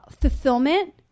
fulfillment